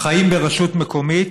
חיים ברשות מקומית